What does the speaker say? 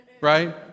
Right